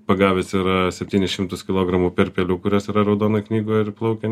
pagavęs yra septynis šimtus kilogramų perkelių kurios yra raudonoj knygoj ir plaukia